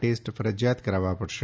test ફરજિયાત કરાવવા પડશે